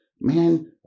man